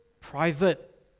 private